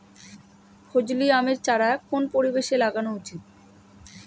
ফজলি আমের চারা কোন পরিবেশে লাগানো উচিৎ?